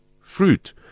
fruit